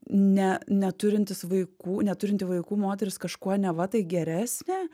ne neturintys vaikų neturinti vaikų moteris kažkuo neva tai geresnė